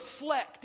reflect